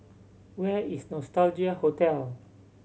where is Nostalgia Hotel